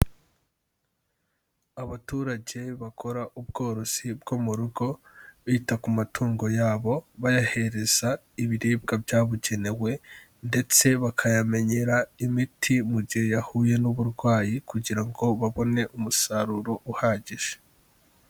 Abaturage bakora ubworozi bwo mu rugo, bita ku matungo yabo bayahereza ibiribwa byabugenewe ndetse bakayamenyera imiti mu gihe yahuye n'uburwayi kugira ngo babone umusaruro uhagije.